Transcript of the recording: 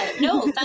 no